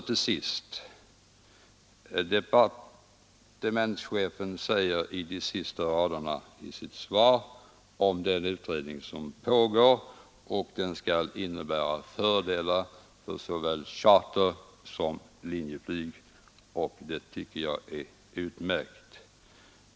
Till sist nämnde departementschefen i slutet av sitt svar den utredning som pågår. Han hoppades att det arbetet skall leda till fördelar för såväl chartersom linjeflyg, och det tycker jag är utmärkt.